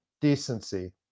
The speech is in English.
decency